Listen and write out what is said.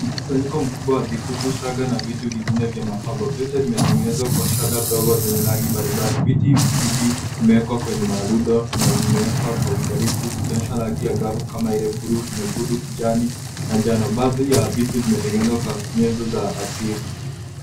Mkusanyiko mkubwa wa vikukuu shanga na vitu vingine vya mapambo, vyote vimetengenezwa kwa shanga ndogo zenye rangi mbalimbali, viti hivi vimewekwa kwenye marundo na vimewekwa kwa uangalivu vikionyesha rangi angavu kama vile buluu, nyekundu, kijani na njano, baadhi ya vitu zimetengenezwa kwa nyenzo za asili.